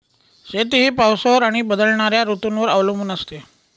शेती ही पावसावर आणि बदलणाऱ्या ऋतूंवर अवलंबून असते